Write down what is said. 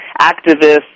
activists